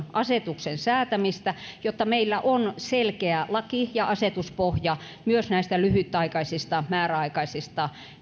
asetuksen säätämistä jotta meillä on selkeä laki ja asetuspohja myös näistä lyhytaikaisista määräaikaisista